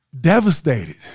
Devastated